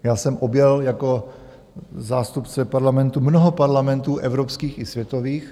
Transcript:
Já jsem objel jako zástupce parlamentu mnoho parlamentů evropských i světových.